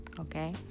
Okay